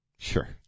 Sure